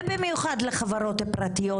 ובמיוחד לחברות הפרטיות